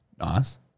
Nice